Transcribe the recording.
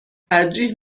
ترجیح